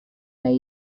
nahi